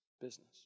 business